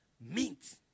Mint